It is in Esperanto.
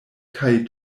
kaj